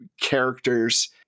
characters